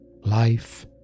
life